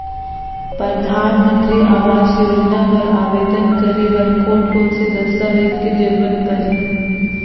परधानमंतरी आवास योजना बर आवेदन करे बर कोन कोन से दस्तावेज के जरूरत परही?